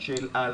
אנשי אל על,